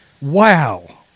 Wow